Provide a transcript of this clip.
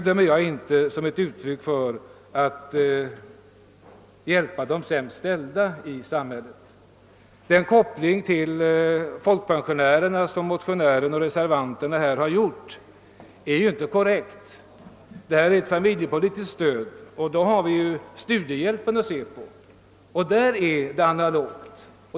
Den sammankoppling med folkpensionärerna som motionären och reservanterna här har gjort är inte korrekt. Detta är ett familjepolitiskt stöd. Vi har ju studiehjälpen och där är det analogt.